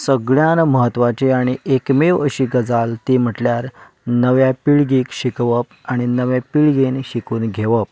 सगल्यांत म्हत्वाची आनी एकमेव अशी गजाल ती म्हणल्यार नव्या पिळगेक शिकोवप आनी नव्या पिळगेन शिकून घेवप